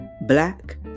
black